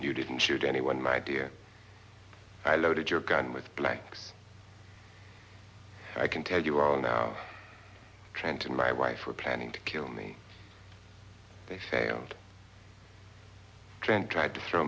you didn't shoot anyone my dear i loaded your gun with blanks i can tell you are now trying to my wife are planning to kill me they say oh trent tried to throw